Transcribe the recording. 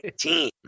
team